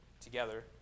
together